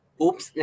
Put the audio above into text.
Oops